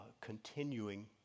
continuing